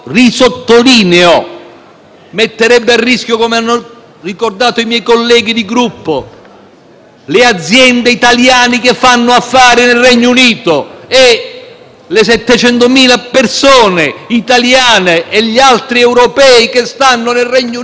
le aziende italiane che fanno affari nel Regno Unito e le 700.000 persone italiane e gli altri europei che risiedono nel Regno Unito e che si vedrebbero, da sera a mattina, senza diritti.